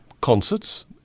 concerts